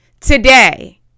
Today